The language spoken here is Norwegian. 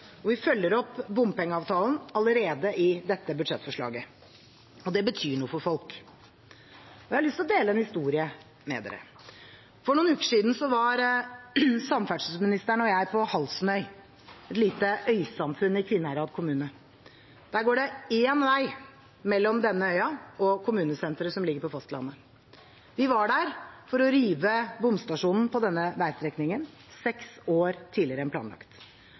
og vi følger opp bompengeavtalen allerede i dette budsjettforslaget. Dette betyr noe for folk. Jeg har lyst til å dele en historie med dere: For noen uker siden var samferdselsministeren og jeg på Halsnøya, et lite øysamfunn i Kvinnherad kommune. Det går én vei mellom denne øya og kommunesenteret, som ligger på fastlandet. Vi var der for å rive bomstasjonen på denne veistrekningen – seks år tidligere enn planlagt.